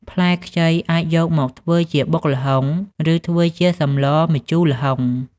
ផ្លែខ្ចីអាចយកមកធ្វើជាបុកល្ហុង ឬធ្វើជាសម្លម្ជូរល្ហុង។